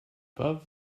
above